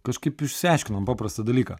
kažkaip išsiaiškinom paprastą dalyką